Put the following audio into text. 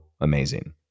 amazing